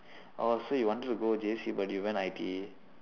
orh so you wanted to go J_C but you went I_T_E